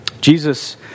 Jesus